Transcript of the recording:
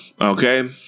okay